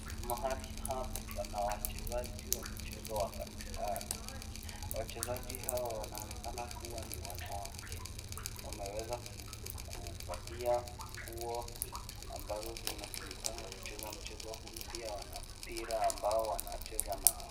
Mahali hapa pana wachezaji wa mchezo wa kandanda. Wachezaji hawa wanaonekana kuwa ni wanawake. Wameweza kuvalia nguo ambazo zinatumikanga kucheza mchezo huu. Pia wana mpira ambao wanacheza nao.